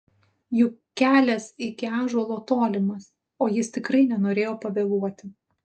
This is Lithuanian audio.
juk kelias iki ąžuolo tolimas o jis tikrai nenorėjo pavėluoti